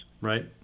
Right